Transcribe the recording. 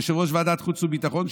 יושב-ראש ועדת חוץ וביטחון,